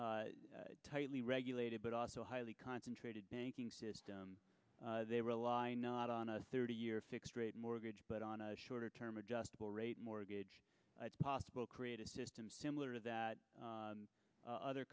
a tightly regulated but also highly concentrated banking system they rely not on a thirty year fixed rate mortgage but on a shorter term adjustable rate mortgage possible create a system similar to that other